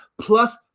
plus